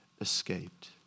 escaped